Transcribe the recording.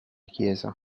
chiesa